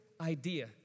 idea